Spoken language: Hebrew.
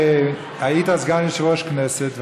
היית סגן יושב-ראש הכנסת,